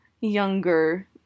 younger